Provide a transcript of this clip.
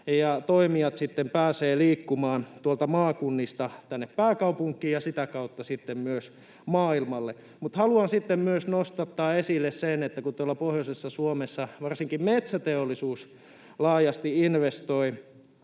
toimijat pääsevät liikkumaan tuolta maakunnista tänne pääkaupunkiin ja sitä kautta sitten myös maailmalle? Mutta haluan myös nostattaa esille sen, että kun tuolla pohjoisessa Suomessa varsinkin metsäteollisuus laajasti investoi